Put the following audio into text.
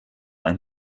ein